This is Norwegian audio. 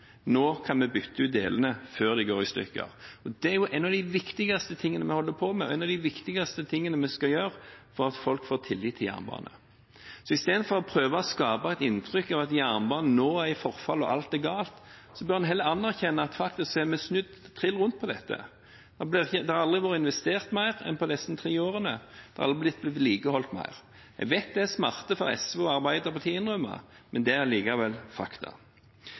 Nå kan vi bytte ut delene før de går i stykker, og det er en av de viktigste tingene vi holder på med, og en av de viktigste tingene vi skal gjøre, for at folk får tillit til jernbanen. Istedenfor å prøve å skape et inntrykk av at jernbanen nå er i forfall og alt er galt, bør en heller anerkjenne at vi faktisk har snudd trill rundt på dette: Det har aldri vært investert mer enn på disse tre årene, det har aldri blitt vedlikeholdt mer. Jeg vet det smerter for SV og Arbeiderpartiet å innrømme, men det er likevel fakta.